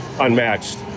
unmatched